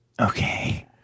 okay